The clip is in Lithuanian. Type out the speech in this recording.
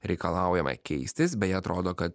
reikalaujama keistis bei atrodo kad